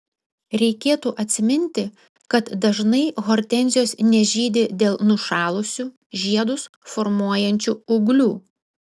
reikėtų atsiminti kad dažnai hortenzijos nežydi dėl nušalusių žiedus formuojančių ūglių